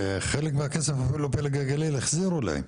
וחלק מהכסף אפילו פלג הגליל החזירו להם.